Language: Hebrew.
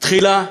תחילה,